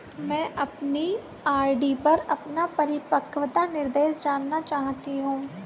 मैं अपनी आर.डी पर अपना परिपक्वता निर्देश जानना चाहती हूँ